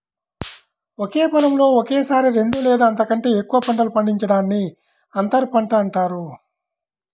ఒకే పొలంలో ఒకేసారి రెండు లేదా అంతకంటే ఎక్కువ పంటలు పండించడాన్ని అంతర పంట అంటారు